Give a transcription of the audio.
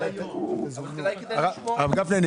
הרב גפני,